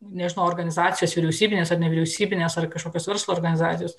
nežinau organizacijos vyriausybinės ar nevyriausybinės ar kažkokios verslo organizacijos